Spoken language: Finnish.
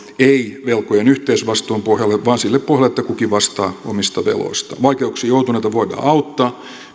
ei velkojen yhteisvastuun pohjalle vaan sille pohjalle että kukin vastaa omista veloistaan vaikeuksiin joutuneita voidaan auttaa